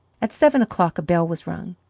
at seven o'clock a bell was rung,